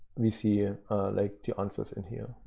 we see like the answers in here.